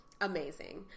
Amazing